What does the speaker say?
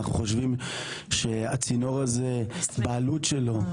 אנחנו חושבים שהצינור הזה בעלות שלו,